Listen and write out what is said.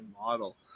model